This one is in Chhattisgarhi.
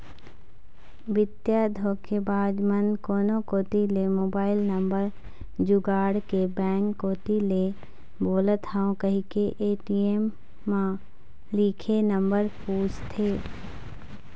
बित्तीय धोखेबाज मन कोनो कोती ले मोबईल नंबर जुगाड़ के बेंक कोती ले बोलत हव कहिके ए.टी.एम म लिखे नंबर पूछथे